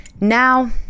now